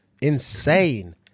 Insane